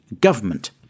government